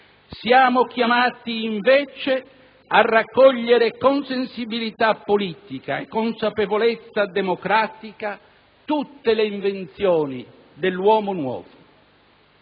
Siamo chiamati, invece, a raccogliere, con sensibilità politica e consapevolezza democratica, tutte le invenzioni dell'uomo nuovo».